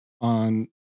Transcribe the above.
on